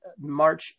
March